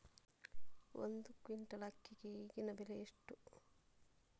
ಒಂದು ಕ್ವಿಂಟಾಲ್ ಅಕ್ಕಿಗೆ ಈಗಿನ ಬೆಲೆ ಎಷ್ಟು?